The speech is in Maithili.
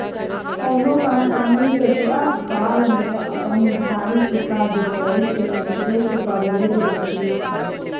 कोनो कंपनी कतबा काल मे अपन उधारी चुका देतेय सैह इंटरेस्ट कवरेज रेशियो छै